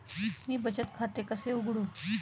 मी बचत खाते कसे उघडू?